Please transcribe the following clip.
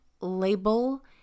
label